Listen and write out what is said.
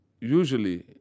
Usually